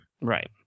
Right